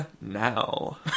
now